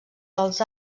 dels